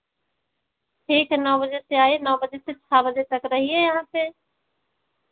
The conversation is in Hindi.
ठीक है नौ बजे से आइए नौ बजे से छह बजे तक रहिए यहाँ पे